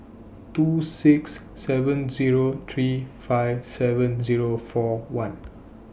two six seven Zero three five seven Zero four one